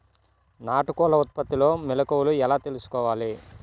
నాటుకోళ్ల ఉత్పత్తిలో మెలుకువలు ఎలా తెలుసుకోవాలి?